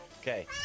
Okay